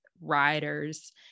Riders